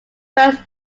first